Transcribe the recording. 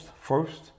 first